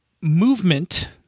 movement